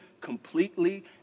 completely